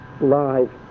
live